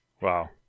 wow